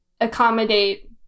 accommodate